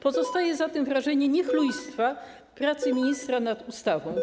Pozostaje zatem wrażenie niechlujstwa pracy ministra nad ustawą.